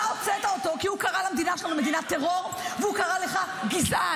אתה הוצאת אותו כי הוא קרא למדינה שלנו מדינת טרור והוא קרא לך גזען.